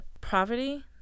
poverty